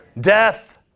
Death